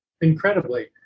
Incredibly